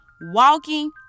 walking